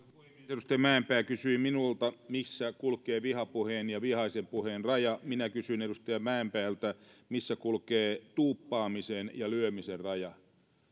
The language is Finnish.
edustaja mäenpää kysyi minulta missä kulkee vihapuheen ja vihaisen puheen raja minä kysyn edustaja mäenpäältä missä kulkee tuuppaamisen ja lyömisen raja